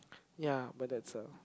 ya but that's a